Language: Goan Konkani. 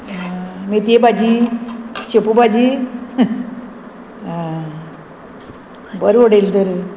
मेथये भाजी शेपू भाजी बरें उडयलें तर